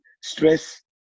stress